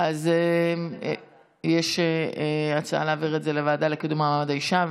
אז יש הצעה להעביר את זה לוועדה לקידום מעמד האישה,